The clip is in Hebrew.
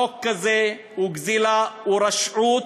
חוק כזה הוא גזלה, הוא רשעות,